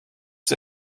sie